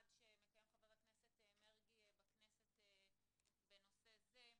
שמקיים חבר הכנסת מרגי בכנסת בנושא זה.